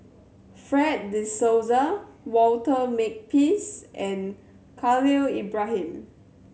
Fred De Souza Walter Makepeace and Khalil Ibrahim